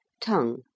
Tongue